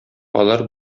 алар